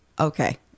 Okay